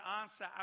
answer